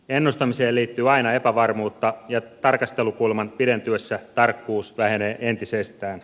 ennustamiseen liittyy aina epävarmuutta ja tarkastelukulman pidentyessä tarkkuus vähenee entisestään